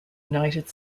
united